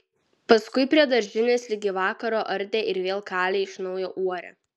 paskui prie daržinės ligi vakaro ardė ir vėl kalė iš naujo uorę